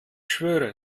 schwöre